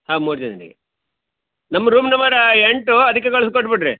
ಹಾಂ ಮೂರು ಜನರಿಗೆ ನಮ್ಮ ರೂಮ್ ನಂಬರ ಎಂಟು ಅದಕ್ಕೇ ಕಳಿಸ್ಕೊಟ್ಬಿಡ್ರಿ